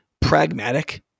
pragmatic